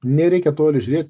nereikia toli žiūrėt